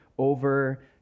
over